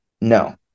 no